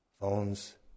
phones